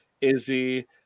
Izzy